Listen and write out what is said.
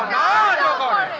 da da